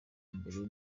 mbere